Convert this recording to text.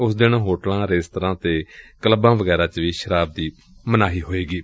ਉਸ ਦਿਨ ਹੋਟਲਾਂ ਰੇਸਤਰਾਂ ਤੇ ਕਲੱਬਾਂ ਵਗੈਰਾ ਚ ਸ਼ਰਾਬ ਦੀ ਮਨਾਹੀ ਹੋਵੇਗੀ